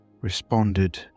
responded